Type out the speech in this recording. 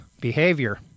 behavior